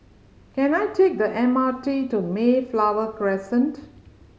can I take the M R T to Mayflower Crescent